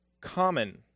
common